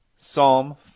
Psalm